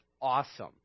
awesome